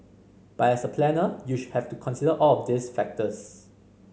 but as a planner you should have to consider all of these factors